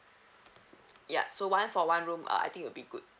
ya so one for one room uh I think it will be good